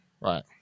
right